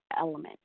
element